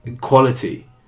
quality